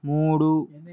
మూడు